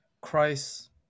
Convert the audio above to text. Christ